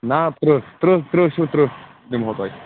نہ تٕرٛہ تٕرٛہ تٕرٛہ چھُ ترٕٛہ دِمہو تۄہہِ